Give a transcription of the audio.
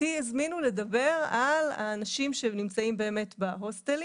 אותי הזמינו לדבר על האנשים שנמצאים בהוסטלים,